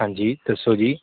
ਹਾਂਜੀ ਦੱਸੋ ਜੀ